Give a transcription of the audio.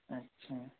अच्छा